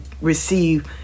receive